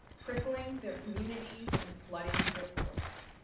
crippling their communities and flooding their courts.